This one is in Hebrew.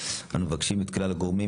אנחנו מבקשים את כלל הגורמים,